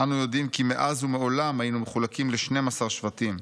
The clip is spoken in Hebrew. אנו יודעים כי מאז ומעולם היינו מחולקים ל-12 שבטים.